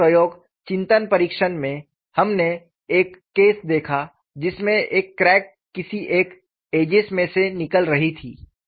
अगले प्रयोग चिंतन परीक्षण में हमने एक केस देखा जिसमे एक क्रैक किसी एक एड्जेस में से निकल रही थी